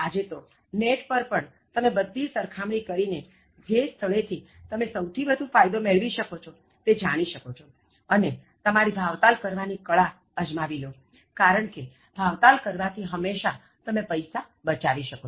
આજે તો નેટ પર પણ તમે બધી સરખામણી કરી ને જે સ્થળે થી તમે સહુ થી વધુ ફાયદો મેળવી શકો તે જાણી શકો અને તમારી ભાવ તાલ કરવાની કળા અજમાવી લો કારણ ભાવ તાલ કરવાથી હંમેશા તમે પૈસા બચાવી શકો